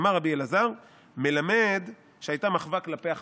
אמר רבי אלעזר מלמד שהייתה מחווה כלפי אחשורוש"